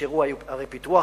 ונשארו ערי פיתוח.